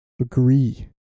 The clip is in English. Agree